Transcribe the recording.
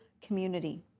community